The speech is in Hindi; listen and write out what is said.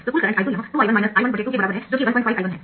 तो कुल करंट I2 यह 2I1 I12 के बराबर है जो कि 15 I1 है